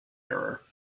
error